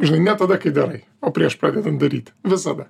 žinai ne tada kai darai o prieš pradedant daryti visada